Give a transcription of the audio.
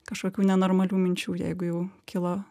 kažkokių nenormalių minčių jeigu jau kilo